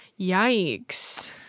yikes